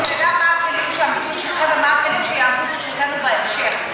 השאלה היא מה הכלים שעמדו לרשותכם ומה הכלים שיעמדו לרשותנו בהמשך.